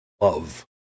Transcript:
love